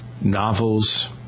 novels